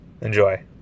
Enjoy